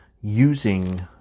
using